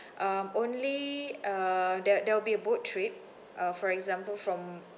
um only uh that there will be a boat trip uh for example from